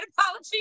apology